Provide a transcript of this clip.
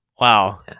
Wow